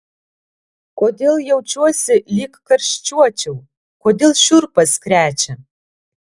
kodėl jaučiuosi lyg karščiuočiau kodėl šiurpas krečia